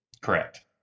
correct